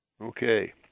Okay